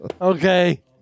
okay